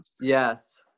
yes